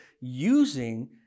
using